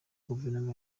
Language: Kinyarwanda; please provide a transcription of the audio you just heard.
guverinoma